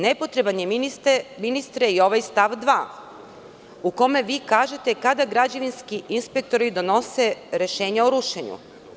Nepotreban je, ministre, i ovaj stav 2. u kome vi kažete kada građevinski inspektori donose rešenje o rušenju.